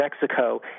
Mexico